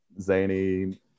zany